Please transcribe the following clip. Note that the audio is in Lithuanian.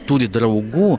turi draugų